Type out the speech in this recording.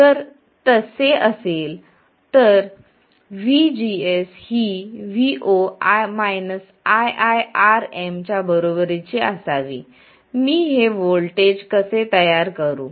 जर तसे असेल तर vgs हीvo iiRm च्या बरोबरीची असावी मी हे व्होल्टेज कसे तयार करू